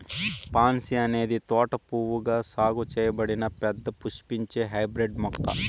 pansy అనేది తోట పువ్వుగా సాగు చేయబడిన పెద్ద పుష్పించే హైబ్రిడ్ మొక్క